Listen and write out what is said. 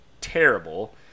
terrible